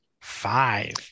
Five